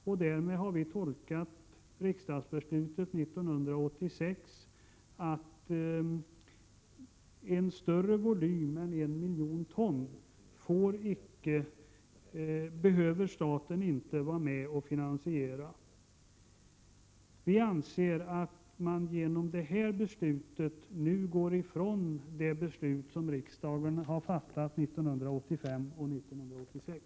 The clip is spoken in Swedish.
Vi har tolkat riksdagens beslut 1986 på det sättet att staten icke behöver vara med och finansiera en större volym än 1 miljon ton. Vi anser att man genom det beslut vi nu kommer att fatta frångår de beslut som riksdagen har fattat 1985 och 1986.